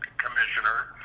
commissioner